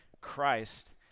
Christ